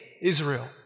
Israel